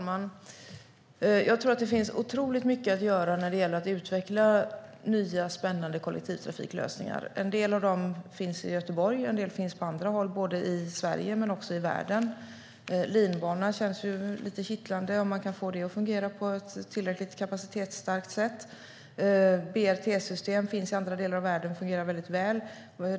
Herr talman! Det finns otroligt mycket att göra när det gäller att utveckla nya spännande kollektivtrafiklösningar. En del av dem finns i Göteborg och på andra håll, både i Sverige och i världen. Linbana känns ju lite kittlande, om man kan få en sådan att fungera på ett tillräckligt kapacitetsstarkt sätt. BLT-system finns i andra delar av världen, och de fungerar väldigt väl.